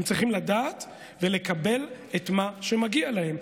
הם צריכים לדעת ולקבל את מה שמגיע להם.